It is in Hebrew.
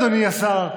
אדוני השר.